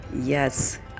yes